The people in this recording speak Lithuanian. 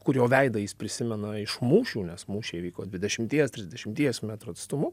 kurio veidą jis prisimena iš mūšių nes mūšiai vyko dvidešimties trisdešimties metrų atstumu